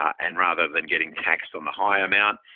and rather than getting tax on the high amount,